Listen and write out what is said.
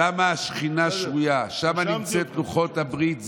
שם השכינה שרויה, שם נמצאים לוחות הברית.